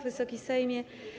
Wysoki Sejmie!